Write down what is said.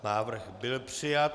Návrh byl přijat.